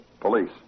Police